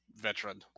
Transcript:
veteran